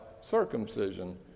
circumcision